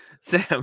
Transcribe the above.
Sam